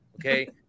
okay